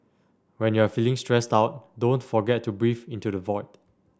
when you are feeling stressed out don't forget to breathe into the void